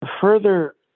further